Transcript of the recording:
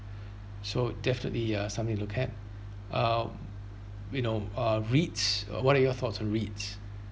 so definitely uh something to look at uh you know uh REITS uh what are your thoughts on REITS